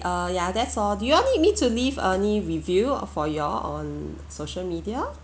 uh yeah that's all do you want me me to leave any review for your on social media